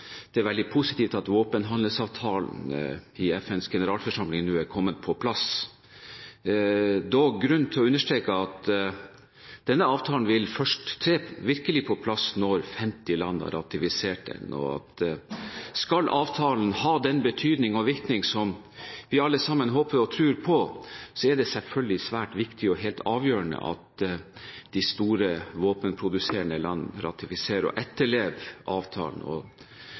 det er veldig positivt at våpenhandelsavtalen i FNs generalforsamling nå er kommet på plass. Det er dog grunn til å understreke at denne avtalen vil først være virkelig på plass når 50 land har ratifisert den. Skal avtalen ha den betydning og virkning som vi alle sammen håper og tror på, er det selvfølgelig svært viktig og helt avgjørende at de store våpenproduserende landene ratifiserer og etterlever avtalen.